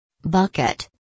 Bucket